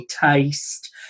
taste